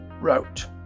wrote